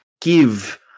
give